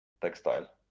textile